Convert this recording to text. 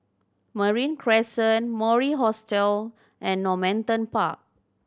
Marine Crescent Mori Hostel and Normanton Park